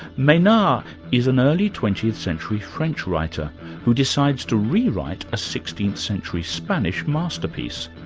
menard is an early twentieth century french writer who decides to rewrite a sixteenth century spanish masterpiece,